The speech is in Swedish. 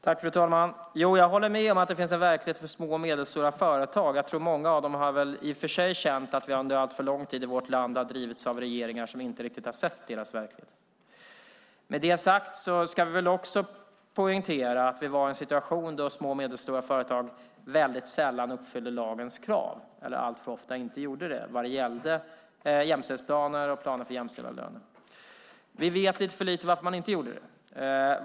Fru talman! Jag håller med om att det finns en verklighet för små och medelstora företag. Jag tror att många av dem i och för sig har känt att vårt land under allt för lång tid har styrts av regeringar som inte riktigt har sett deras verklighet. Med det sagt ska vi väl också poängtera att vi var i en situation där små och medelstora företag alltför ofta inte uppfyllde lagens krav vad gällde jämställdhetsplaner och planer för jämställda löner. Vi vet lite för lite om varför de inte gjorde det.